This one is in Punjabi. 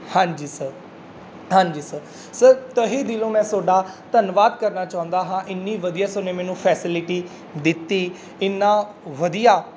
ਹਾਂਜੀ ਸਰ ਹਾਂਜੀ ਸਰ ਸਰ ਤਹਿ ਦਿਲੋਂ ਮੈਂ ਤੁਹਾਡਾ ਧੰਨਵਾਦ ਕਰਨਾ ਚਾਹੁੰਦਾ ਹਾਂ ਇੰਨੀ ਵਧੀਆ ਸੋਨੇ ਮੈਨੂੰ ਫੈਸਿਲਿਟੀ ਦਿੱਤੀ ਇੰਨਾ ਵਧੀਆ